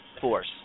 force